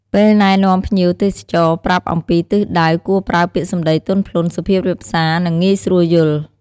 ពេលណែនាំភ្ញៀវទេសចរប្រាប់អំពីទិសដៅ គួរប្រើពាក្យសម្ដីទន់ភ្លន់ សុភាពរាបសា និងងាយស្រួលយល់។